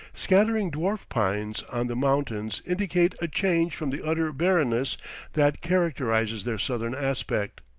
scattering dwarf pines on the, mountains indicate a change from the utter barrenness that characterizes their southern aspect.